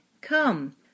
Come